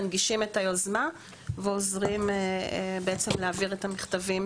מנגישים את היוזמה ועוזרים בעצם להעביר את המכתבים.